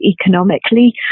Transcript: economically